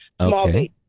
Okay